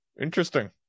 interesting